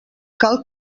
cal